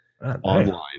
online